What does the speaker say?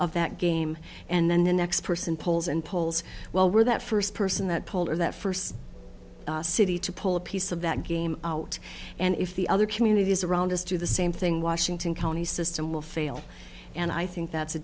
of that game and then the next person pulls and polls well where that first person that pulled or that first city to pull a piece of that game out and if the other communities around us do the same thing washington county system will fail and i think that's a